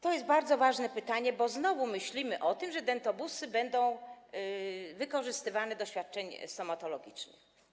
To jest bardzo ważne pytanie, bo znowu myślimy o tym, że dentobusy będą wykorzystywane do świadczeń stomatologicznych.